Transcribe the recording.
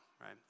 right